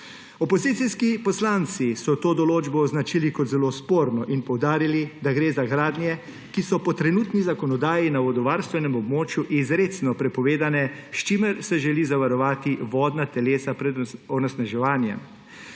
Opozicijski poslanci so to določbo označili kot zelo sporno in poudarili, da gre za gradnje, ki so po trenutni zakonodaji na vodovarstvenem območju izrecno prepovedane, s čimer se želi zavarovati vodna telesa pred onesnaževanjem.